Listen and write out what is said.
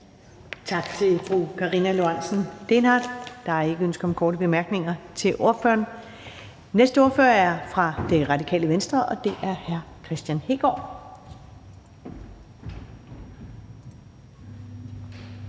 Tak til SF's ordfører. Der er ikke ønske om korte bemærkninger til ordføreren. Den næste ordfører er fra Det Radikale Venstre, og det er hr. Kristian Hegaard.